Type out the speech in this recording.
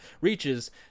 reaches